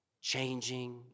changing